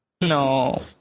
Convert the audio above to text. No